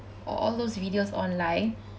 or all those videos online